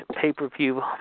pay-per-view